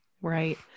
Right